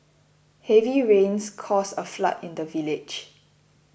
heavy rains caused a flood in the village